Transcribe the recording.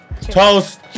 toast